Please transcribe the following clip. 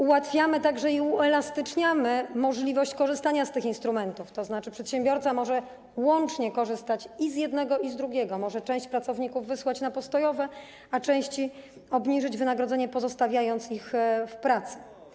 Ułatwiamy i uelastyczniamy możliwość korzystania z tych instrumentów, tzn. przedsiębiorca może łącznie korzystać i z jednego, i z drugiego, może część pracowników wysłać na postojowe, a części obniżyć wynagrodzenie, pozostawiając ich w pracy.